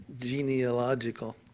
genealogical